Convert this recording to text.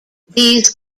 these